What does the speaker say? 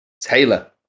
Taylor